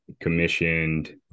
commissioned